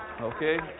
okay